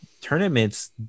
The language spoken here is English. tournaments